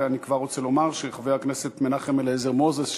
ואני כבר רוצה לומר שחבר הכנסת מנחם אליעזר מוזס,